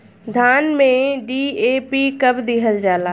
धान में डी.ए.पी कब दिहल जाला?